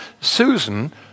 Susan